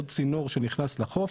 עוד צינור שנכנס לחוף.